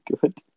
good